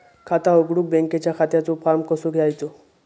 खाता उघडुक बँकेच्या खात्याचो फार्म कसो घ्यायचो?